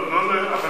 לא, לא,